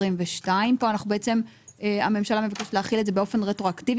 2022). פה הממשלה מבקשת להחיל את זה באופן רטרואקטיבי.